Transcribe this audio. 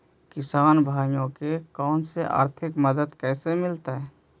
किसान भाइयोके कोन से आर्थिक मदत कैसे मीलतय?